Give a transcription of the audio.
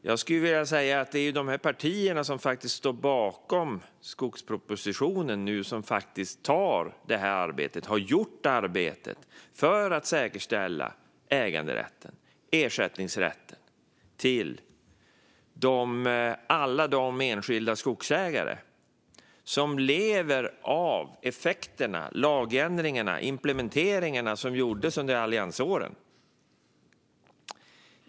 Jag skulle vilja säga att det är de partier som står bakom skogspropositionen som faktiskt har gjort arbetet för att säkerställa äganderätten - ersättningsrätten - för alla de enskilda skogsägare som lever med effekterna av de lagändringar och implementeringar som gjordes under alliansåren.